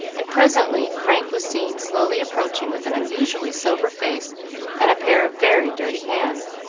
and presently frank was seen slowly approaching with an unusually sober face and a pair of very dirty hands.